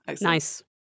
nice